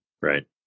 right